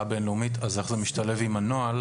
בין-לאומית איך זה משתלב עם נוהל